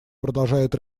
продолжает